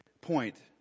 point